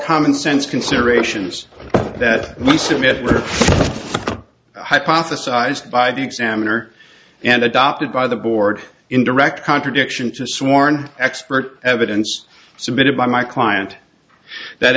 commonsense considerations that one sumit hypothesized by the examiner and adopted by the board in direct contradiction to sworn expert evidence submitted by my client that